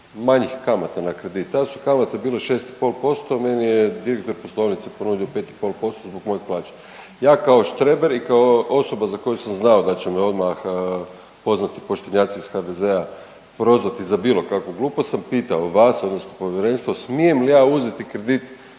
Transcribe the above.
manjih kamata na kredit, tada su kamate bile 6,5%, a meni je direktor poslovnice ponudio 5,5% zbog mojih plaća. Ja kao štreber i kao osoba za koju sam znao da će me odmah poznati poštenjaci iz HDZ-a prozvati za bilo kakvu glupost sam pitao vas odnosno povjerenstvo smijem li ja uzeti kredit